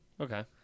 Okay